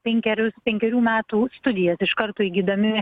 penkerius penkerių metų studijas iš karto įgydami